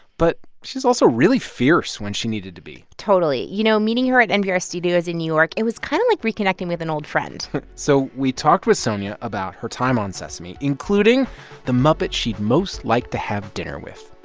but she was also really fierce when she needed to be totally. you know, meeting her at npr studios in new york, it was kind of like reconnecting with an old friend so we talked with sonia about her time on sesame, including the muppet she'd most like to have dinner with.